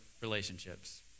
relationships